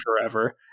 forever